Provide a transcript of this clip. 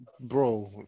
Bro